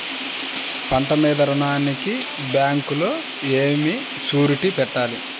పంట మీద రుణానికి బ్యాంకులో ఏమి షూరిటీ పెట్టాలి?